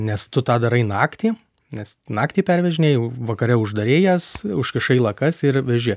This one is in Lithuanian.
nes tu tą darai naktį nes naktį pervežinėji vakare uždarei jas užkišai lakas ir veži